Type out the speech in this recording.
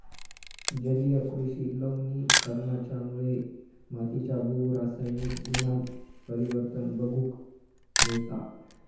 जलीय कृषि लवणीकरणाच्यामुळे मातीच्या भू रासायनिक गुणांत परिवर्तन बघूक मिळता